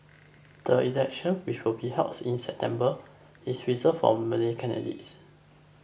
the election which will be held in September is reserved for Malay candidates